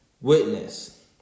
witness